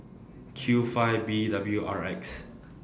Q five B W R X